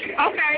okay